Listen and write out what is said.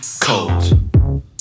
cold